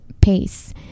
pace